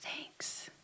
thanks